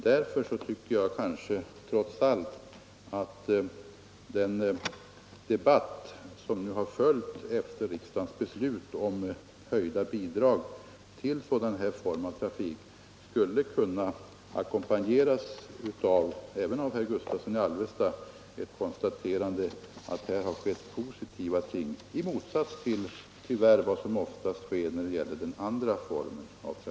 Därför tycker jag att den debatt som har följt efter riksdagens beslut om höjda bidrag till sådana här former av trafik trots allt skulle kunna ackompanjeras av ett konstaterande — även av herr Gustavsson i Alvesta — att här skett positiva ting i motsats till vad som tyvärr oftast sker när det gäller den andra